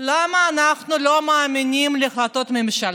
למה אנחנו לא מאמינים להחלטות ממשלה?